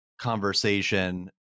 conversation